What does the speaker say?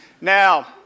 Now